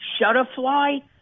Shutterfly